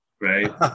right